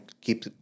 keep